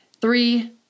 three